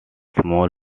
small